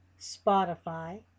Spotify